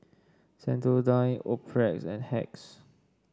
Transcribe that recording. Sensodyne Optrex and Hacks